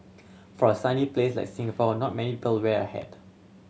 for a sunny place like Singapore not many people wear a hat